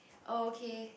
oh okay